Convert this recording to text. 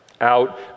out